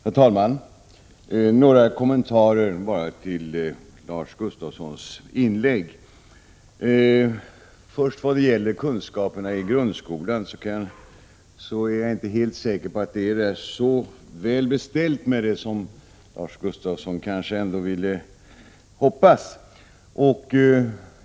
Herr talman! Jag vill något kommentera Lars Gustafssons inlägg. När det först gäller kunskaperna i grundskolan är jag inte helt säker på att det är så väl beställt med dem som Lars Gustafsson hoppas.